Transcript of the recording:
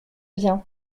bien